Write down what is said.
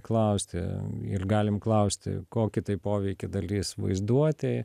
klausti ir galim klausti kokį poveikį dalys vaizduotei